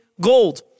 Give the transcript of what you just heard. gold